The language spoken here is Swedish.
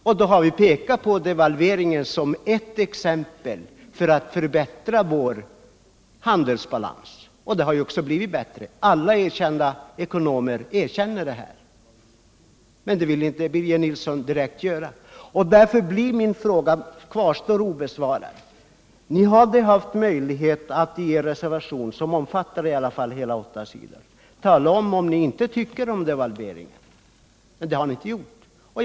Vi har pekat på devalveringen som ert exempel på åtgärder för att förbättra vår handelsbalans. Denna har ju också blivit bättre. Alla ekonomer erkänner det, men det vill inte Birger Nilsson göra direkt. Därför kvarstår min fråga obesvarad. Ni hade haft möjligheter att i er reservation, som ändå omfattar hela åtta sidor, säga vad ni anser om devalveringen. Men det har ni alltså inte gjort.